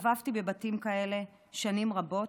הסתובבתי בבתים כאלה שנים רבות,